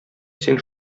син